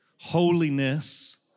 holiness